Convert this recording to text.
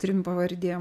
trim pavardėm